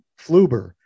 Fluber